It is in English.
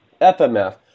FMF